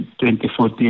2014